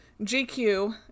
gq